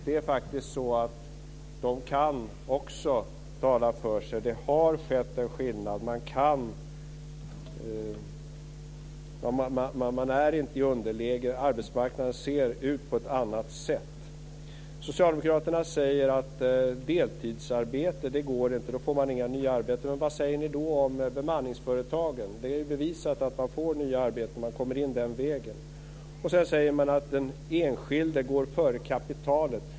De kan också tala för sig. Det har blivit en skillnad. De är inte i underläge. Arbetsmarknaden ser ut på ett annat sätt. Socialdemokraterna säger att det inte går med deltidsarbete. Då blir det inga nya arbeten. Men vad säger ni då om bemanningsföretagen? Det är bevisat att det den vägen blir nya arbeten. Sedan säger man att den enskilde går före kapitalet.